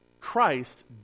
Christ